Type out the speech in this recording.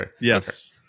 Yes